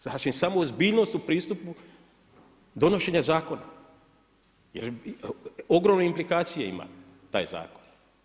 Znači, samo ozbiljnost u pristupu donošenja zakona, jer ogromne implikacije ima taj zakon.